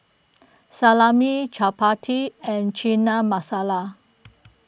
Salami Chapati and Chana Masala